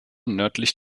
nördlich